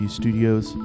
studios